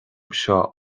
seo